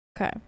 okay